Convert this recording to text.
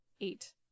eight